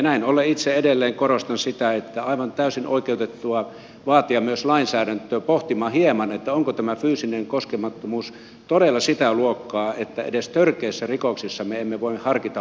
näin ollen itse edelleen korostan sitä että on aivan täysin oikeutettua vaatia myös lainsäädännössä pohtimaan hieman onko tämä fyysinen koskemattomuus todella sitä luokkaa että edes törkeissä rikoksissa me emme voi harkita pakkolääkitystä